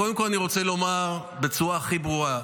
קודם כול, אני רוצה לומר בצורה הכי ברורה,